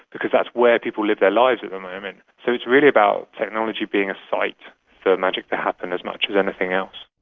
because that's where people live their lives at the moment. so it's really about technology being a site for magic to happen as much as anything else.